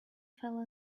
fell